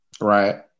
Right